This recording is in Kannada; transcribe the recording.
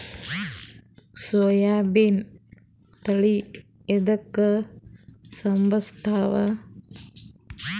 ಸೋಯಾಬಿನ ತಳಿ ಎದಕ ಸಂಭಂದಸತ್ತಾವ?